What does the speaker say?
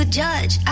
judge